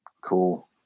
Cool